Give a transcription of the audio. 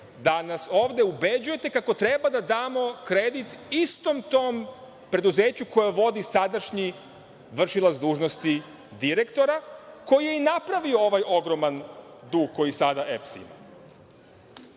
da nas ovde ubeđujete kako treba da damo kredit istom tom preduzeću koje vodi sadašnji vršilac dužnosti direktora, koji je i napravio ovaj ogroman dug koji sada EPS